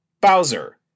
Bowser